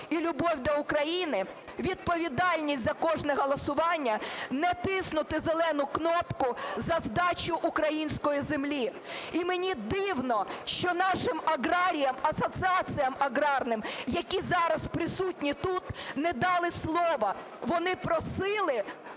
і любов до України, відповідальність за кожне голосування, не тиснути зелену кнопку за здачу української землі. І мені дивно, що нашим аграріям, асоціаціям аграрним, які зараз присутні тут, не дали слова. Вони просили,